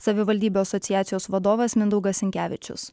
savivaldybių asociacijos vadovas mindaugas sinkevičius